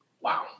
Wow